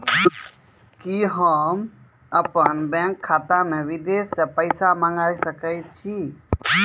कि होम अपन बैंक खाता मे विदेश से पैसा मंगाय सकै छी?